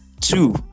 two